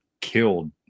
killed